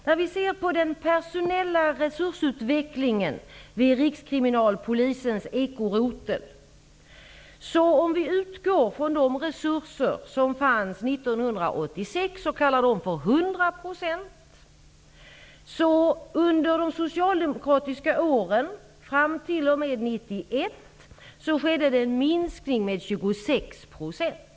Om vi ser till den personella resursutvecklingen vid Rikskriminalpolisens ekorotel och utgår från de resurser som fanns 1986 och kallar dem för 100 %, finner vi att det under de socialdemokratiska åren fram t.o.m. 1991 skedde en minskning med 26 %.